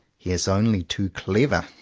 he is only too clever.